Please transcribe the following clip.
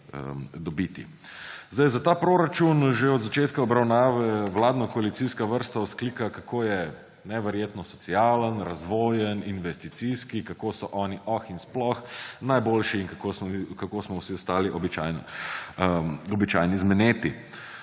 dobiti. Za ta proračun že od začetka obravnave vladno-koalicijska vrsta vzklika, kako je neverjetno socialen, razvojen, investicijski, kako so oni oh in sploh najboljši in kako smo vsi ostali običajni zmeneti.